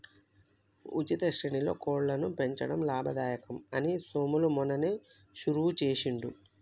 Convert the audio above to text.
ఉచిత శ్రేణిలో కోళ్లను పెంచడం లాభదాయకం అని సోములు మొన్ననే షురువు చేసిండు